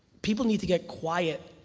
people need to get quiet.